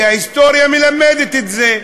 ההיסטוריה מלמדת את זה,